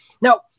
Now